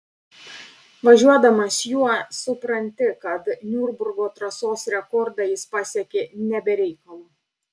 važiuodamas juo supranti kad niurburgo trasos rekordą jis pasiekė ne be reikalo